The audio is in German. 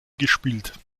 gespielt